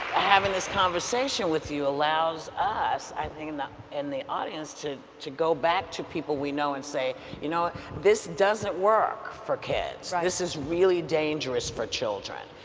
having this conversation with you allows us i mean and the audience to to go back to people we know and say you know this doesn't work for kids, this is really dangerous for children.